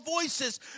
voices